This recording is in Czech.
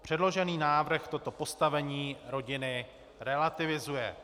Předložený návrh toto postavení rodiny relativizuje.